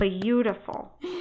beautiful